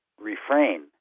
refrain